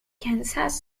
kansas